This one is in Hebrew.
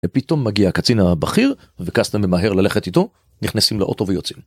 ופתאום מגיע הקצין הבכיר וקסטנר ממהר ללכת איתו נכנסים לאוטו ויוצאים.